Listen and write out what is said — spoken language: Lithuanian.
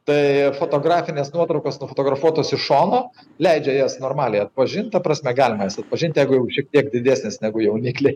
tai fotografinės nuotraukos nufotografuotos iš šono leidžia jas normaliai atpažint ta prasme galima jas atpažint jeigu jau šiek tiek didesnės negu jaunikliai